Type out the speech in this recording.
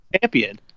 champion